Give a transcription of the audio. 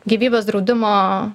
gyvybės draudimo